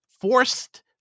forced